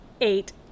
eight